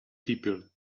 people